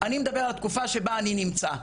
אני מדבר על תקופה שבה אני נמצא,